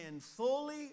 fully